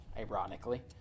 ironically